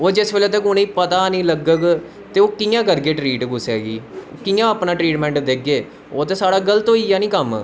ओह् जिसलै तक उनेंगी पता नी लग्ग ते ओह् कियां करगे ट्रीट कुसे गी कियां अपना ट्रीटमैंट देगे ओह् ते साढ़ा गल्त होईया नी कम्म